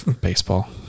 baseball